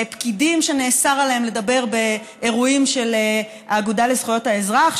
על פקידים שנאסר עליהם לדבר באירועים של האגודה לזכויות האזרח,